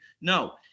No